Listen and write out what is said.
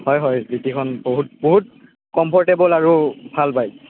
হয় হয় জি টিখন বহুত বহুত কমফৰ্টেবল আৰু ভাল বাইক